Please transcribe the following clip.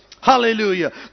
Hallelujah